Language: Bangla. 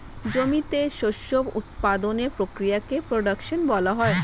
জমিতে শস্য উৎপাদনের প্রক্রিয়াকে প্রোডাকশন বলা হয়